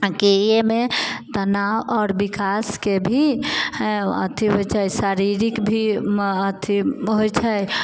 की अयमे तनाव आओर विकासके भी अथी होइ छै शारीरिक भी अथी होइ छै